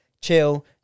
chill